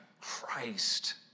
Christ